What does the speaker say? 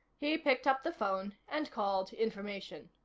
he picked up the phone and called information.